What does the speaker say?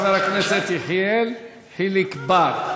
חבר הכנסת יחיאל חיליק בר.